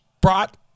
brought